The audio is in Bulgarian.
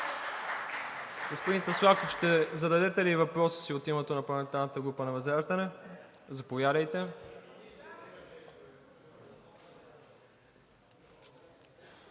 Господин Таслаков, ще зададете ли въпроса си от името на парламентарната група на ВЪЗРАЖДАНЕ? Заповядайте.